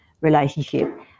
relationship